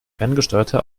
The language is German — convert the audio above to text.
ferngesteuerte